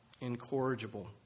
incorrigible